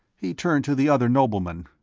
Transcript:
he turned to the other nobleman.